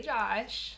Josh